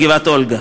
בגבעת-אולגה.